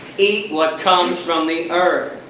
eat what comes from the earth.